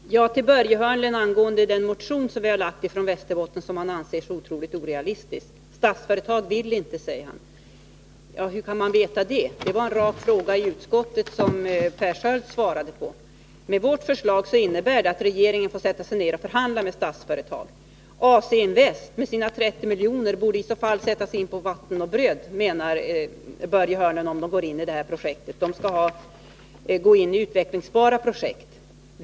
Herr talman! Några ord till Börje Hörnlund angående den motion som vi socialdemokrater från Västerbotten har lagt fram och som Börje Hörnlund anser vara orealistisk. Statsföretag vill inte, säger han. Hur kan han veta det? Det var en rak fråga i utskottet som Per Sköld svarade på. Vårt förslag innebär att regeringen får sätta sig ned och förhandla med Statsföretag. AC-Invest med sina 30 miljoner borde sättas in på vatten och bröd, om det går in i det här projektet — det skall gå in i utvecklingsbara projekt, menade Börje Hörnlund.